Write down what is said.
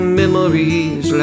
memories